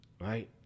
right